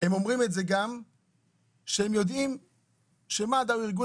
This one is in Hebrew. אומרים את זה גם כשהם יודעים שמד"א הוא ארגון